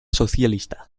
sozialista